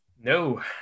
No